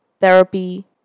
therapy